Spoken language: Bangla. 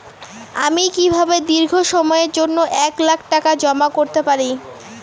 আমি কিভাবে দীর্ঘ সময়ের জন্য এক লাখ টাকা জমা করতে পারি?